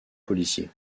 policier